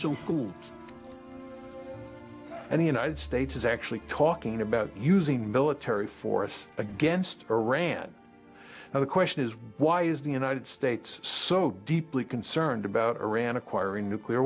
and the united states is actually talking about using military force against iran now the question is why is the united states so deeply concerned about iran acquiring nuclear